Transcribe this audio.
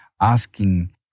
asking